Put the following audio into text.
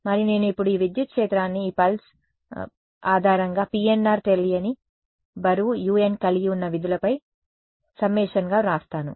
మరియు నేను ఇప్పుడు ఈ విద్యుత్ క్షేత్రాన్ని ఈ పల్స్ ఆధారంగా PNR తెలియని బరువు un కలిగి ఉన్న విధులపై సమ్మషన్ గా వ్రాస్తాను